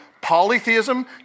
polytheism